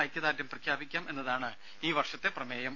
ഐക്യദാർഢ്യം പ്രഖ്യാപിക്കാം എന്നതാണ് ഈ വർഷത്തെ പ്രമേയം